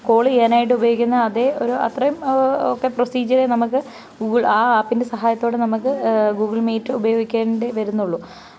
call ചെയ്യാനായിട്ടുപയോഗിക്കുന്ന അതേ ഒരു അത്രയും ഒക്കെ പ്രൊസീജിയറെ നമ്മൾക്ക് ഗൂഗിള് ആ ആപ്പിൻറെ സഹായത്തോടെ നമ്മൾക്ക് ഗൂഗിള് മീറ്റ് ഉപയോഗിക്കേണ്ടി വരുന്നുള്ളൂ